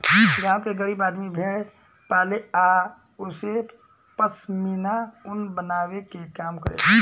गांव के गरीब आदमी भेड़ पाले आ ओसे पश्मीना ऊन बनावे के काम करेला